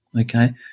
Okay